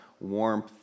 warmth